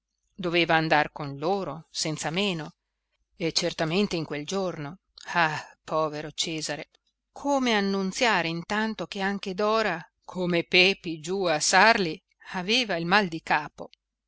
doveva andar con loro senza meno e certamente in quel giorno ah povero cesare come annunziare intanto che anche dora come pepi giù a sarli aveva il mal di capo